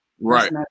Right